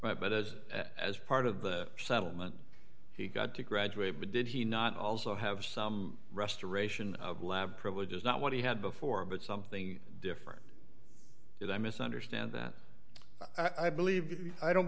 my bet as as part of the settlement he got to graduate but did he not also have some restoration of lab privileges not what he had before but something different that i misunderstand that i believe i don't